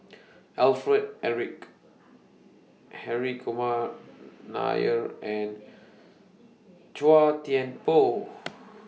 Alfred Eric Harry Kumar Nair and Chua Thian Poh